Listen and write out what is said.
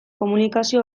komunikazio